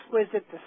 exquisite